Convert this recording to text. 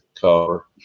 cover